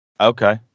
Okay